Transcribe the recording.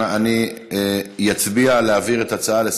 אני מקבלת את הצעת היושב-ראש.